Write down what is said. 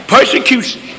Persecution